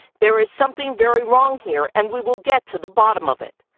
there is something very wrong here, and we will get to the bottom of it.